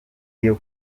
iyo